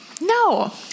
No